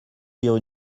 lire